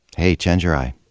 hey chenjerai.